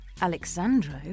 Alexandro